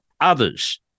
others